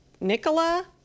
Nicola